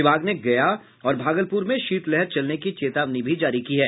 विभाग ने गया और भागलपुर में शीतलहर चलने की चेतावनी भी जारी की है